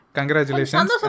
Congratulations